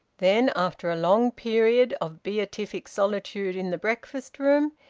then, after a long period of beatific solitude in the breakfast-room,